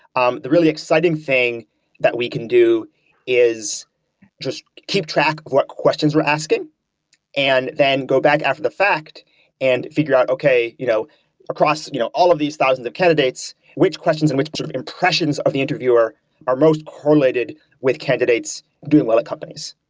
um the really exciting thing that we can do is just keep track of what questions we're asking and then go back after the fact and figure out, okay, you know across you know all of these thousands of candidates, which questions and which sort of impression of the interviewer are most correlated with candidates doing well at companies?